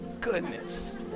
Goodness